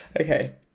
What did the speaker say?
okay